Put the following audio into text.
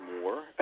more